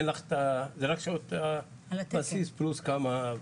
זה רק שעות הבסיס פלוס כמה,